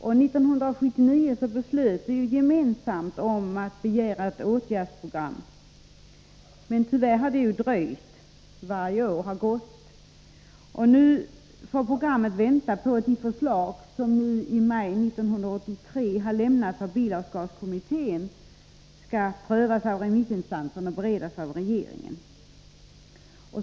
År 1979 beslöt vi gemensamt att begära ett åtgärdsprogram, men tyvärr har detta dröjt. Nu får vi vänta med programmet i avvaktan på att de förslag som i maj 1983 lämnades av bilavgaskommittén skall prövas av remissinstanser och beredas av regeringen.